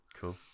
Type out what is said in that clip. Cool